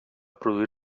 produir